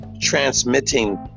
Transmitting